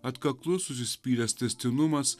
atkaklus užsispyręs tęstinumas